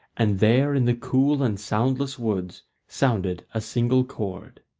and there in the cool and soundless woods sounded a single chord.